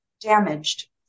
damaged